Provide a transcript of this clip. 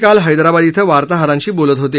काल हैद्राबाद इथं ते वार्ताहरांशी बोलत होते